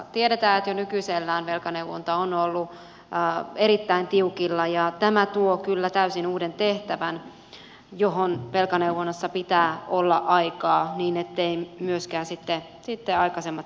tiedetään että jo nykyisellään velkaneuvonta on ollut erittäin tiukilla ja tämä tuo kyllä täysin uuden tehtävän johon velkaneuvonnassa pitää olla aikaa niin etteivät myöskään aikaisemmat tehtävät kärsi